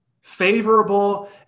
favorable